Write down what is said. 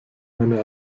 eine